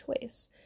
choice